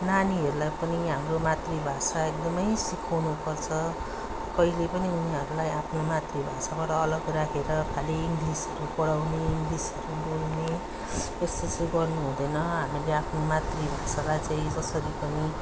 नानीहरूलाई पनि हाम्रो मातृभाषा एकदमै सिकाउनुपर्छ कहिले पनि उनीहरूलाई आफ्नो मातृभाषाबाट अलग राखेर खालि इङ्लिस पढाउने इङ्लिसहरू बोल्ने त्यस्तो चाहिँ गर्नु हुँदैन हामीले आफ्नो मातृभाषालाई चै जसरी पनि